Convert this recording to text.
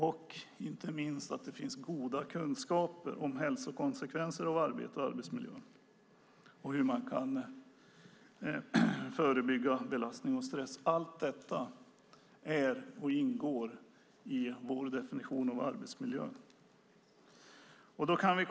Inte minst vill man att det finns goda kunskaper om hälsokonsekvenser av arbetet och arbetsmiljön och hur man kan förebygga belastning och stress. Allt detta ingår i vår definition av arbetsmiljö.